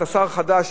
אתה שר חדש,